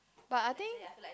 but I think